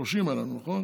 30 היו לנו,